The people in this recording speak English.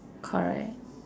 correct